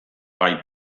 gai